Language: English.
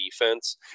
defense